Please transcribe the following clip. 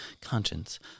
conscience